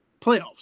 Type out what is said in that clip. playoffs